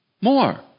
more